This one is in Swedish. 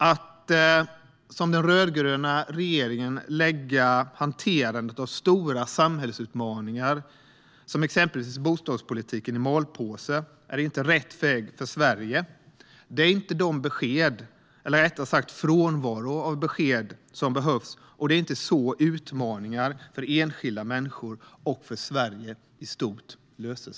Att som den rödgröna regeringen lägga hanterandet av stora samhällsutmaningar, som bostadspolitiken, i malpåse är inte rätt väg för Sverige. Det är inte de besked - eller rättare sagt den frånvaro av besked - som behövs. Det är inte heller på det sättet som utmaningar för enskilda människor och för Sverige i stort löses.